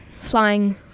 flying